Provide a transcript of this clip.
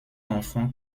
enfant